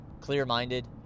Clear-minded